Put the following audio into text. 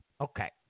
Okay